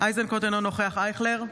גדי איזנקוט, אינו נוכח ישראל אייכלר,